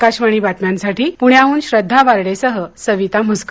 आकाशवाणीच्या बातम्यांसाठी पृण्याहन श्रद्धा वार्डे सह सविता म्हसकर